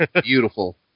beautiful